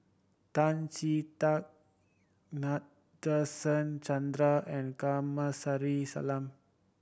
Tan Chee Teck Nadasen Chandra and Kamsari Salam